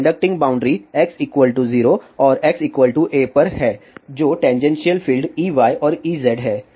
तो conducting boundary x 0 और x a पर है और टैनजेशिअल फील्ड Ey और Ez हैं